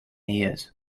years